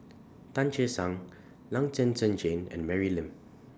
Tan Che Sang Long Zhen Zhen Jane and Mary Lim